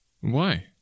Why